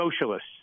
socialists